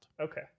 Okay